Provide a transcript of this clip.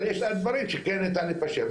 אבל יש דברים שכן ניתן להתפשר.